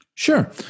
Sure